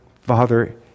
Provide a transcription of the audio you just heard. Father